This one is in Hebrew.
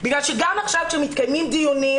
בגלל שגם עכשיו כשמתקיימים דיונים